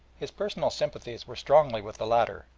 his personal sympathies were strongly with the latter,